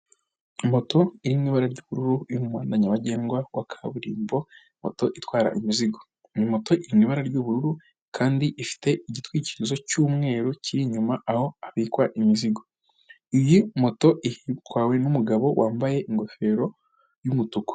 Moto iri mu ibara ry'ubururu iri mu muhanda nyabagendwa wa kaburimbo, moto itwara imizigo, moto ibara ry'ubururu kandi ifite igitwikirizo cy'umweru kiri inyuma aho abika imizigo, iyi moto itwawe n'umugabo wambaye ingofero y'umutuku.